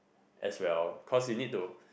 as well cause you need to